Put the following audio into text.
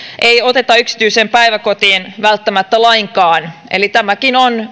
ei oteta yksityiseen päiväkotiin välttämättä lainkaan eli tämäkin on